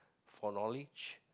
for knowledge